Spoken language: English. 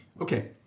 okay